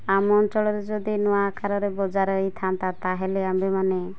ଆମ ଅଞ୍ଚଳରେ ଯଦି ନୂଆ ଆକାରରେ ବଜାର ହେଇଥାନ୍ତା ତାହେଲେ ଆମ୍ଭେମାନେ